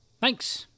Thanks